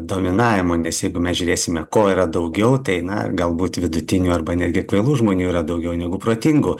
dominavimo nes jeigu mes žiūrėsime ko yra daugiau tai na galbūt vidutinių arba netgi kvailų žmonių yra daugiau negu protingų